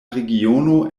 regiono